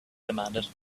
demanded